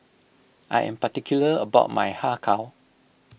I am particular about my Har Kow